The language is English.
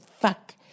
fuck